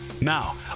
Now